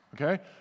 Okay